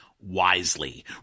Wisely